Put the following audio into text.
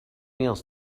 meals